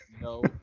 no